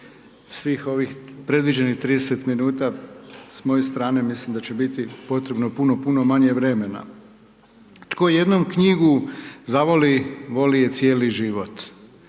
svih ovih predviđenih 30 minuta s moje strane, mislim da će biti potrebno puno, puno manje vremena. Tko jednom knjigu zavoli, voli je cijeli život.